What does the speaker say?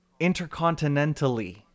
intercontinentally